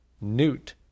newt